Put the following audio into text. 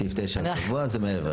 כן.